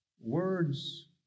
Words